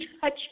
touch